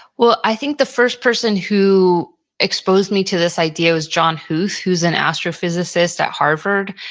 well, i think the first person who exposed me to this idea was john huth who's an astrophysicist at harvard.